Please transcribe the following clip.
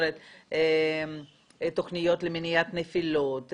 תכניות למניעת נפילות,